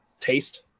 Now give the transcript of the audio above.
taste